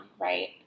right